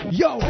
yo